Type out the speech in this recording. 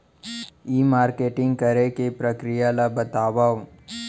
ई marketing करे के प्रक्रिया ला बतावव?